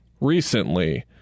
recently